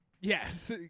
Yes